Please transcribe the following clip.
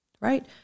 right